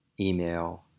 email